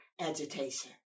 agitation